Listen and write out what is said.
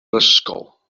ysgol